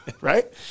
Right